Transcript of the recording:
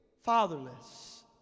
fatherless